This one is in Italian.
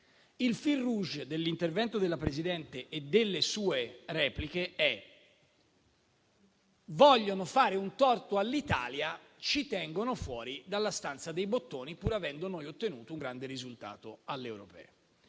il *fil rouge* dell'intervento della Presidente e delle sue repliche è «vogliono fare un torto all'Italia, ci tengono fuori dalla stanza dei bottoni, pur avendo noi ottenuto un grande risultato alle europee».